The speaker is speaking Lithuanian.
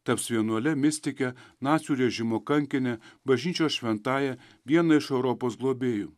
taps vienuole mistike nacių režimo kankine bažnyčios šventąja viena iš europos globėjų